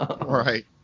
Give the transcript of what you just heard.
Right